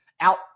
out